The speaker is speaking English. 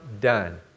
done